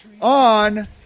on